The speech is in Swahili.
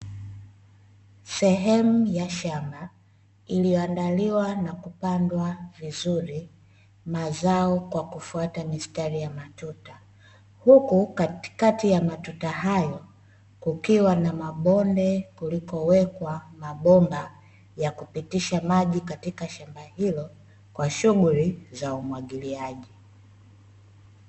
Sehemu ya shamba iliyo andaliwa na kupandwa vizuri mazao kwa kufuata mistari ya matuta, huku katikati ya matuta hayo kukiwa na mabonde kuliko wekwa mabomba ya kupitisha maji katika shamba hilo kwa shughuli za umwagiliaji.